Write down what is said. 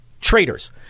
traitors